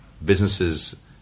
Businesses